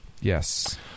yes